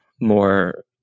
more